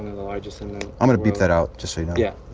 i'm gonna beep that out to say. yeah.